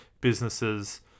businesses